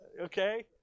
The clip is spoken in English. Okay